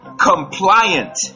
compliant